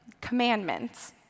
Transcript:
commandments